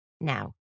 Now